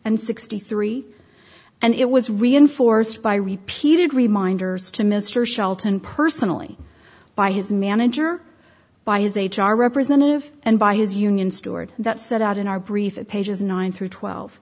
and sixty three and it was reinforced by repeated reminders to mr shelton personally by his manager by his h r representative and by his union steward that set out in our briefing pages nine through twelve